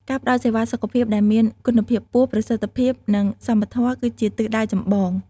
ការផ្តល់សេវាសុខភាពដែលមានគុណភាពខ្ពស់ ប្រសិទ្ធភាព និងសមធម៌គឺជាទិសដៅចម្បង។